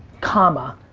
comma,